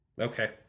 okay